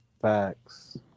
Facts